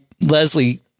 Leslie